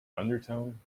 undertone